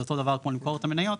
זה אותו דבר כמו למכור את המניות,